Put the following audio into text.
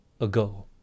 ago